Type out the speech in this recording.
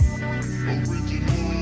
Original